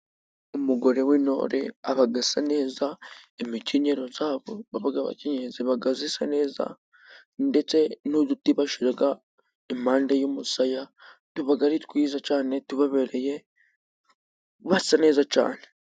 Umugore w'intore aba asa neza, imikenyero yabo baba bakenyeye isa neza ndetse n'uduti bashyira impande y'umusaya tuba ari twiza cyane, tubabereye basa neza cyane.